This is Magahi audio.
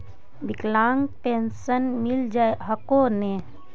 विकलांग पेन्शन मिल हको ने?